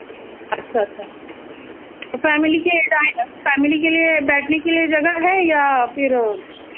اچھا اچھا تو فیملی کے فیملی کے لیے بیٹھنے کے لیے جگہ ہے یا پھر